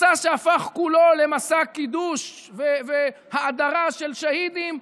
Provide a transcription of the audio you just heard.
מסע שהפך כולו למסע קידוש והאדרה של שהידים,